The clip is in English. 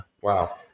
Wow